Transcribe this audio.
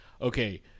okay